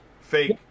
fake